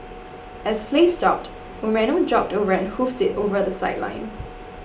as play stopped Moreno jogged over and hoofed it over the sideline